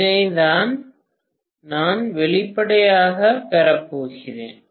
இதைத்தான் நான் வெளிப்பாடாகப் பெறப்போகிறேன்